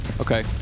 okay